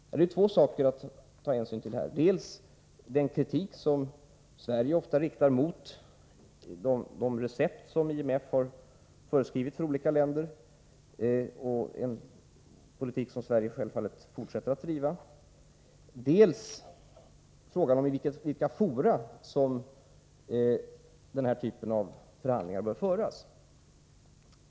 Det är här två saker att ta hänsyn till, dels den kritik som Sverige ofta riktar mot de recept som IMF föreskrivit för olika länder — en politik som Sverige självfallet fortsätter att driva — dels frågan om i vilka fora som den här typen av förhandlingar bör föras.